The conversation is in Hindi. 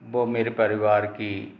वो मेरे परिवार की